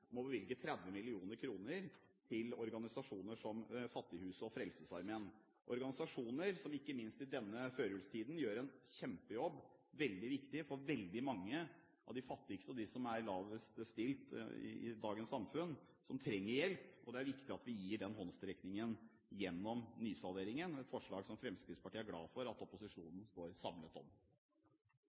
bevilge 30 mill. kr til organisasjoner som Fattighuset og Frelsesarmeen – organisasjoner som ikke minst i denne førjulstiden gjør en kjempejobb. Det er veldig viktig for veldig mange av de fattigste, de som er dårligst stilt i dagens samfunn, og som trenger hjelp. Det er viktig at vi gir dem denne håndsrekningen gjennom nysalderingen med forslag som Fremskrittspartiet er glad for at opposisjonen står samlet om.